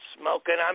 smoking